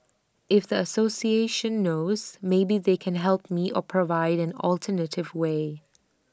if the association knows maybe they can help me or provide an alternative way